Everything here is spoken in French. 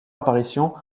apparition